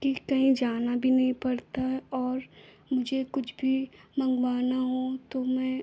कि कहीं जाना भी नहीं पड़ता है और मुझे कुछ भी मँगवाना हो तो मैं